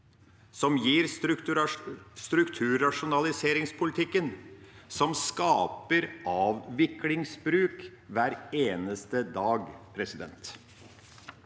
som gir strukturrasjonaliseringspolitikken, som skaper avviklingsbruk hver eneste dag.